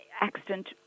accident